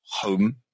home